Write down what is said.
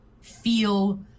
feel